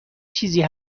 چیزی